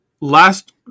Last